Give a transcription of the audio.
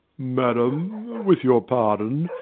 madam, with your pardon,